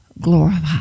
glorified